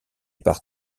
par